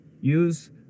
use